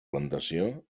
plantació